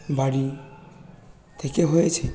বাড়ি থেকে হয়েছে